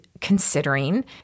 considering